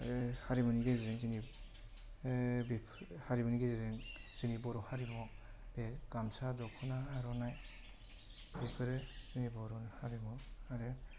आरो हारिमुनि गेजेरजों जोंनि हारिमुनि गेजेरजों जोंनि बर' हारिमुआव बे गामसा दख'ना आरनाइ बेफोरो जोंनि बर' हारिमु आरो